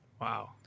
Wow